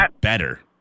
better